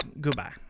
goodbye